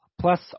plus